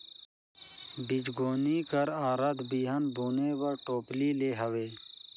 बीजगोनी कर अरथ बीहन बुने कर टोपली ले हवे